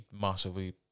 massively